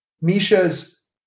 Misha's